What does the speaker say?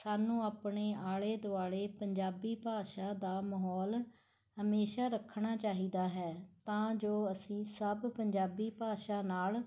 ਸਾਨੂੰ ਆਪਣੇ ਆਲ਼ੇ ਦੁਆਲ਼ੇ ਪੰਜਾਬੀ ਭਾਸ਼ਾ ਦਾ ਮਾਹੌਲ ਹਮੇਸ਼ਾ ਰੱਖਣਾ ਚਾਹੀਦਾ ਹੈ ਤਾਂ ਜੋ ਅਸੀਂ ਸਭ ਪੰਜਾਬੀ ਭਾਸ਼ਾ ਨਾਲ